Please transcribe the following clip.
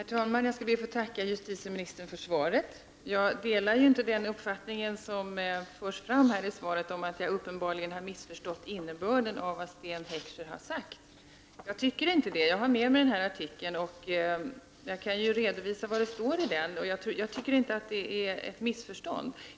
Herr talman! Jag skall be att få tacka justitieministern för svaret. Jag delar inte den uppfattning som förs fram i svaret, att jag uppenbarligen har missförstått innebörden av vad Sten Heckscher har sagt. Jag tycker inte att jag har gjort det. Jag har med mig artikeln, och jag kan redovisa vad som står i den. Jag menar att det inte är fråga om ett missförstånd.